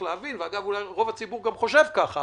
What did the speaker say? ורוב הציבור גם חושב ככה,